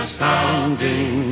sounding